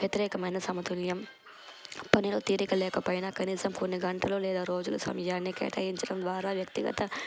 వ్యతిరేకమైన సమతుల్యం పనిలో తీరికలేకపోయినా కనీసం కొన్ని గంటలు లేదా రోజులు సమయాన్ని కేటాయించడం ద్వారా వ్యక్తిగత